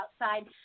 outside